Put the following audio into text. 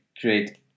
create